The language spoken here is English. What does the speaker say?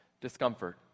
discomfort